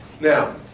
Now